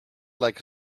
like